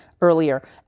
earlier